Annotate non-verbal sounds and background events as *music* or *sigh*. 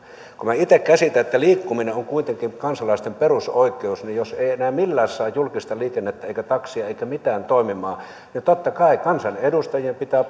kun minä itse käsitän niin että liikkuminen on on kuitenkin kansalaisten perusoikeus niin jos ei enää millään saa julkista liikennettä eikä taksia eikä mitään toimimaan niin totta kai kansanedustajien pitää *unintelligible*